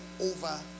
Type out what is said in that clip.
over